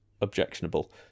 objectionable